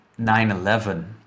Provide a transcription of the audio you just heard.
9-11